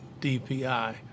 DPI